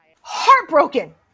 heartbroken